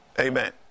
Amen